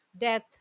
death